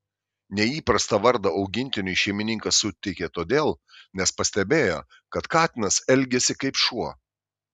neįprastą vardą augintiniui šeimininkas suteikė todėl nes pastebėjo kad katinas elgiasi kaip šuo